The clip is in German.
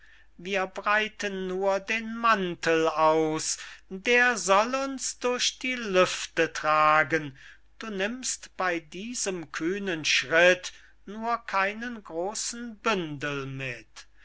wir breiten nur den mantel aus der soll uns durch die lüfte tragen du nimmst bey diesem kühnen schritt nur keinen großen bündel mit